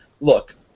Look